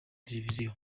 televiziyo